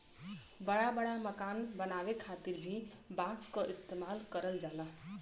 बड़ा बड़ा मकान बनावे खातिर भी बांस क इस्तेमाल करल जाला